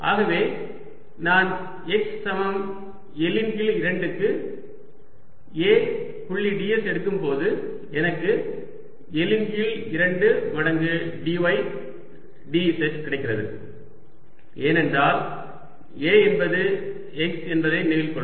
ஆகவே நான் x சமம் L இன் கீழ் 2 க்கு A புள்ளி ds எடுக்கும்போது எனக்கு L இன் கீழ் 2 மடங்கு dy dz கிடைக்கிறது ஏனென்றால் A என்பது x என்பதை நினைவில் கொள்க